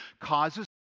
causes